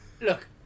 Look